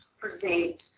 present